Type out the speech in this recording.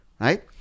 right